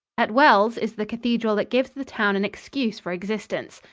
at wells is the cathedral that gives the town an excuse for existence.